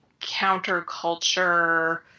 counterculture